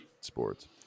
sports